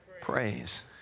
praise